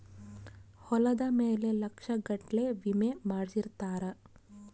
ಹೊಲದ ಮೇಲೆ ಲಕ್ಷ ಗಟ್ಲೇ ವಿಮೆ ಮಾಡ್ಸಿರ್ತಾರ